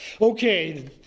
Okay